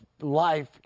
life